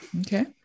Okay